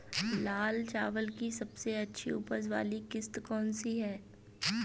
लाल चावल की सबसे अच्छी उपज वाली किश्त कौन सी है?